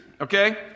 okay